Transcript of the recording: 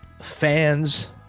fans